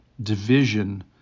division